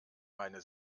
meine